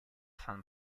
san